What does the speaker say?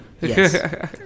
Yes